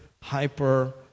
hyper